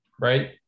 right